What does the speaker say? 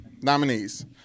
nominees